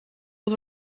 wat